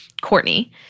Courtney